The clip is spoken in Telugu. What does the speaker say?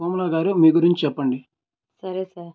కోమలా గారు మీ గురించి చెప్పండి సరే సార్